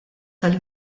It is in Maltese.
tal